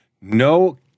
No